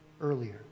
earlier